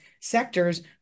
sectors